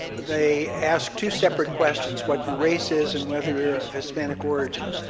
they ask two separate questions. what your race is and whether you're of hispanic origin.